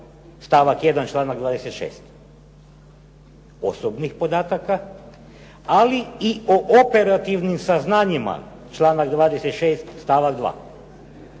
stavak 1. članak 26., osobnih podataka, ali i o operativnim saznanjima, članak 26. stavak 2.